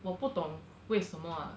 我不懂为什么 ah